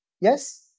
Yes